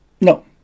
No